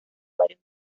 varios